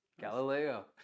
Galileo